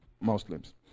Muslims